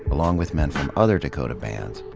along with men from other dakota bands,